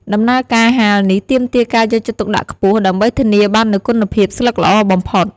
ដំណើរការហាលនេះទាមទារការយកចិត្តទុកដាក់ខ្ពស់ ដើម្បីធានាបាននូវគុណភាពស្លឹកល្អបំផុត។